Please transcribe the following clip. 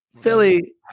Philly